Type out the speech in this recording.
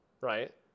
right